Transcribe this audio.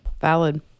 Valid